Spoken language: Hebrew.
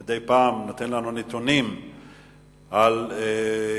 שנותן לנו מדי פעם נתונים על הרציחות